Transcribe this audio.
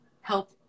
help